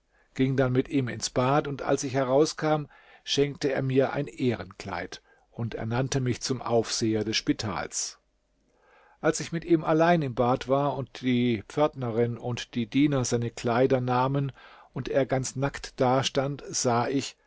ging dann mit ihm ins bad und als ich herauskam schenkte er mir ein ehrenkleid und ernannte mich zum aufseher des spitals als ich mit ihm allein im bad war und die pförtnerin und die diener seine kleider nahmen und er ganz nackt dastand sah ich